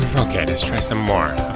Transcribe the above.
okay let's try some more.